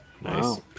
Nice